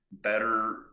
better